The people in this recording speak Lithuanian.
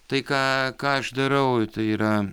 tai ką ką aš darau tai yra